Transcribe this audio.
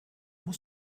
muss